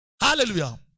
Hallelujah